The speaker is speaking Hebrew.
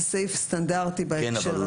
זה סעיף סטנדרטי בהקשר הזה.